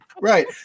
Right